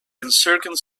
encircling